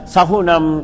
Sahunam